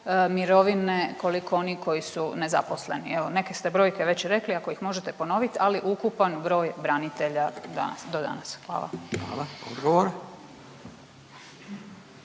mirovine, koliko onih koji su nezaposleni? Evo neke brojke već rekli ako ih možete ponovit, ali ukupan broj branitelja do danas. Hvala. **Radin, Furio